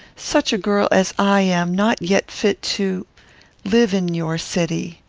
such a girl as i am not yet fit to live in your city.